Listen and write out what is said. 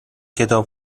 کتاب